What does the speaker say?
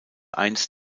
einst